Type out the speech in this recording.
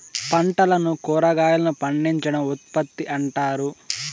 పంటలను కురాగాయలను పండించడం ఉత్పత్తి అంటారు